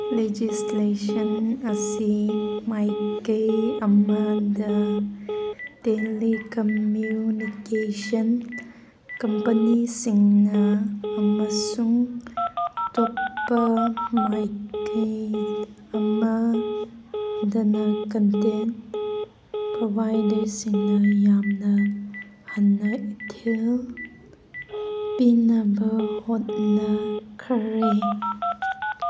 legislation ꯑꯁꯤ ꯃꯥꯏꯀꯩ ꯑꯃꯗ ꯇꯦꯂꯤꯀꯃ꯭ꯌꯨꯅꯤꯀꯦꯁꯟ ꯀꯝꯄꯅꯤꯁꯤꯡꯅ ꯑꯃꯁꯨꯡ ꯑꯇꯣꯞꯄ ꯃꯥꯏꯀꯩ ꯑꯃꯗꯅ ꯀꯟꯇꯦꯟ ꯄ꯭ꯔꯣꯚꯥꯏꯗꯔꯁꯤꯡꯅ ꯌꯥꯝꯅ ꯍꯟꯅ ꯏꯊꯤꯜ ꯄꯤꯅꯕ ꯍꯣꯠꯅꯈ꯭ꯔꯦ